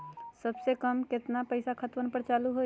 सबसे कम केतना पईसा पर खतवन चालु होई?